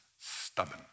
stubborn